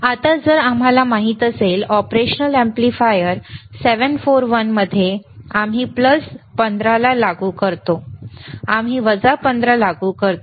आता जर आम्हाला माहित असेल ऑपरेशनल अॅम्प्लीफायर 741 मध्ये आम्ही प्लस 15 ला लागू करतो आम्ही वजा 15 लागू करतो